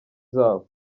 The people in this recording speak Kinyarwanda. zabo